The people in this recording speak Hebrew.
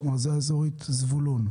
מועצה אזורית זבולון?